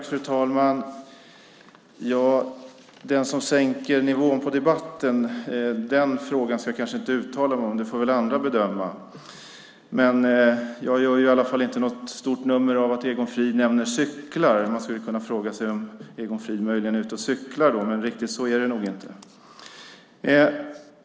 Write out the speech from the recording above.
Fru talman! Vem som sänker nivån på debatten ska jag kanske inte uttala mig om. Det får andra bedöma. Jag gör i alla fall inte något stort nummer av att Egon Frid nämner cyklar. Man skulle kunna fråga om Egon Frid möjligen är ute och cyklar. Så är det nog inte.